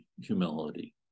humility